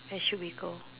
where should we go